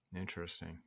Interesting